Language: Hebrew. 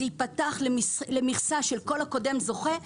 זה יפתח למכסה של כל הקודם זוכה,